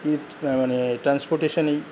না মানে ট্র্যান্সপোর্টেশনেই